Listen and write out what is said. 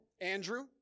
Andrew